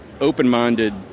open-minded